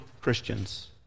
Christians